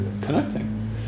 connecting